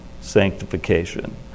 sanctification